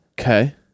okay